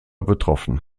betroffen